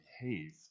behave